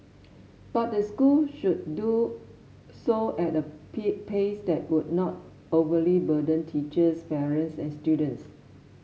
but the school should do so at a pace that would not overly burden teachers parents and students